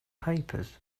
papers